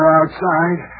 outside